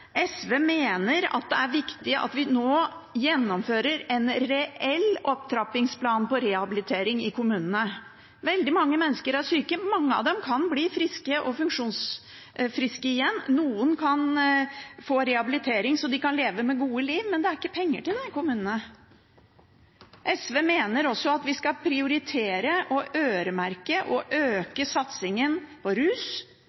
SV mener det er viktig at vi nå gjennomfører en reell opptrappingsplan når det gjelder rehabilitering i kommunene. Veldig mange mennesker er syke, men mange av dem kan bli friske og funksjonsfriske igjen. Noen kan få rehabilitering så de kan leve et godt liv, men det er ikke penger til det i kommunene. SV mener også at vi skal prioritere å øremerke og